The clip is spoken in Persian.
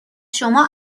شما